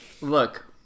Look